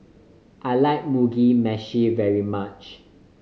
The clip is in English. I like Mugi Meshi very much